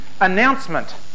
announcement